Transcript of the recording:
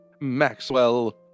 Maxwell